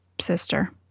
sister